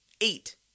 Eight